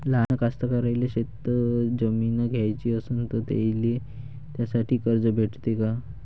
लहान कास्तकाराइले शेतजमीन घ्याची असन तर त्याईले त्यासाठी कर्ज भेटते का?